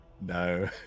No